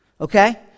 Okay